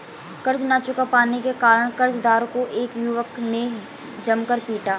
कर्ज ना चुका पाने के कारण, कर्जदार को एक युवक ने जमकर पीटा